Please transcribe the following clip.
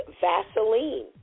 Vaseline